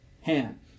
hand